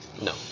No